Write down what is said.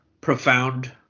profound